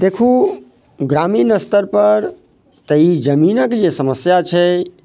देखू ग्रामीण स्तरपर तऽ ई जमीनक जे समस्या छै